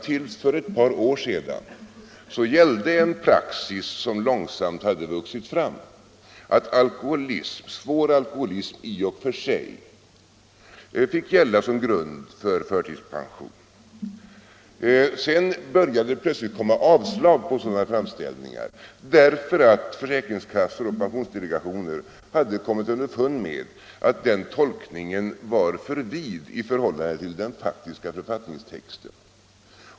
Till för ett par år sedan tillämpades en praxis som långsamt hade vuxit fram — att svår alkoholism i och för sig fick gälla som grund för förtidspension. Sedan började det plötsligt komma avslag på sådana framställningar, därför att försäkringskassor och pensionsdelegationer hade kommit underfund med att den tolkningen var för vid i förhållande till den faktiska författningstexten.